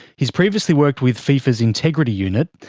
he's previously worked with fifa's integrity unit,